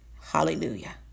Hallelujah